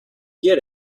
get